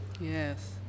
Yes